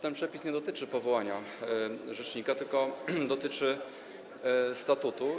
Ten przepis nie dotyczy powołania rzecznika, tylko dotyczy statutu.